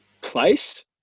place